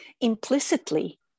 implicitly